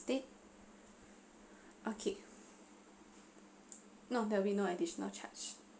~tead okay no there would be no additional charge